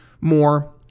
more